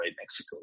Mexico